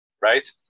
Right